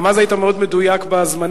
גם אז היית מאוד מדויק בזמנים.